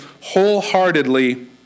wholeheartedly